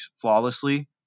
flawlessly